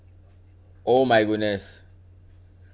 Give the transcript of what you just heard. oh my goodness